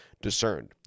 Discerned